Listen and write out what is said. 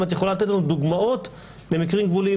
אם את יכולה לתת לנו דוגמאות למקרים גבוליים